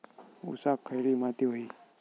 ऊसाक खयली माती व्हयी?